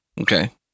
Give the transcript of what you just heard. Okay